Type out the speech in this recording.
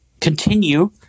continue